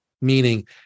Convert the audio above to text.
meaning